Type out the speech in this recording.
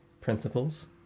principles